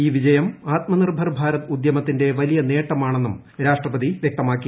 ഈ വിജയം ആത്മ നിർഭർ ഭാരത് ഉദ്യമത്തിന്റെ വലിയ നേട്ടമാണെന്നും രാഷ്ട്രപതി വ്യക്തമാക്കി